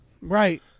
Right